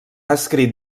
escrit